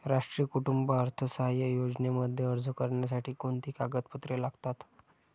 राष्ट्रीय कुटुंब अर्थसहाय्य योजनेमध्ये अर्ज करण्यासाठी कोणती कागदपत्रे लागतात?